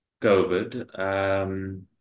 COVID